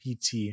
PT